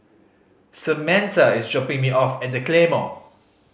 Samantha is dropping me off at The Claymore